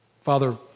Father